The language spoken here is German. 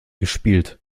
gespielt